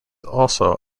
also